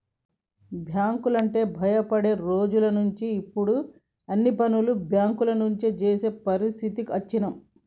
బ్యేంకులంటే భయపడే రోజులనుంచి ఇప్పుడు అన్ని పనులు బ్యేంకుల నుంచే జేసే పరిస్థితికి అచ్చినం